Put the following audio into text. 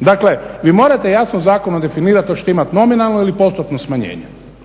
Dakle, vi morate jasno zakonom definirat hoćete imat nominalno ili postotno smanjenje,